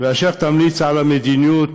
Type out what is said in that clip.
אשר תמליץ על מדיניות